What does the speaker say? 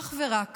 אך ורק